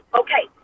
okay